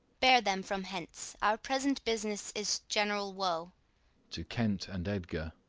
bear them from hence our present business is general woe to kent and edgar.